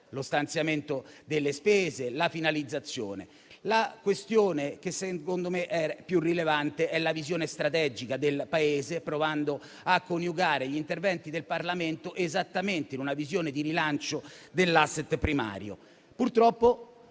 lo stanziamento delle spese e la loro finalizzazione. La questione secondo me più rilevante è la visione strategica del Paese, provando a coniugare gli interventi del Parlamento in una visione di rilancio dell'*asset* primario. Purtroppo,